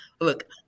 Look